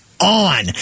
on